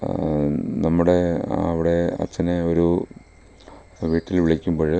നമ്മുടെ അവിടെ അച്ഛനെ ഒരു വീട്ടിൽ വിളിക്കുമ്പോൾ